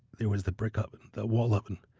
there was the brick oven, the wall oven,